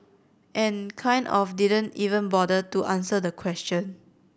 and kind of didn't even bother to answer the question